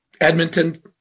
Edmonton